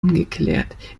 ungeklärt